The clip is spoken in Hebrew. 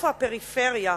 איפה הפריפריה?